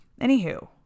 Anywho